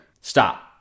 Stop